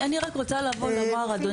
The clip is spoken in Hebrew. אני רק רוצה לעבור דבר, אדוני.